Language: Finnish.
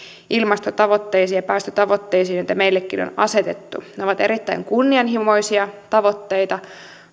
ilmastotavoitteisiin ja päästötavoitteisiin joita meillekin on asetettu ne ovat erittäin kunnianhimoisia tavoitteita